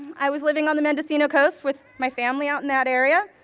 i was living on the mendocino coast with my family out in that area,